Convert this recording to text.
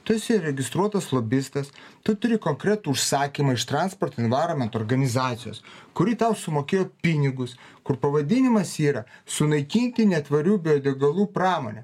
tu esi registruotas lobistas tu turi konkretų užsakymą iš transporto envaironmento organizacijos kuri tau sumokėjo pinigus kur pavadinimas yra sunaikinti netvarių biodegalų pramonę